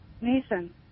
Nathan